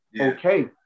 okay